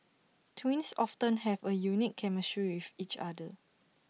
twins often have A unique chemistry with each other